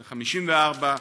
54%,